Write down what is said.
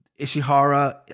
Ishihara